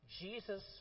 Jesus